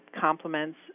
complements